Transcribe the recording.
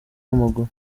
w’amaguru